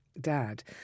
dad